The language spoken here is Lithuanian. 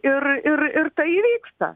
ir ir ir tai įvyksta